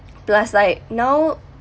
plus like now